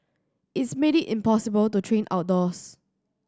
it's made it impossible to train outdoors